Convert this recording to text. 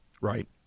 right